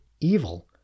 evil